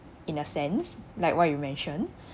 in a sense like what you mentioned